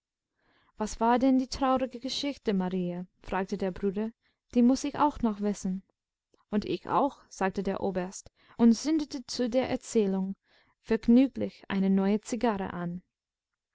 was war denn die traurige geschichte marie fragte der bruder die muß ich auch noch wissen und ich auch sagte der oberst und zündete zu der erzählung vergnüglich eine neue zigarre an